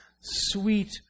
sweet